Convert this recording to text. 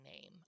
name